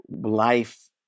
life